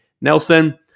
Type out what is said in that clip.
Nelson